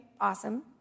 awesome